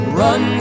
run